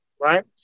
right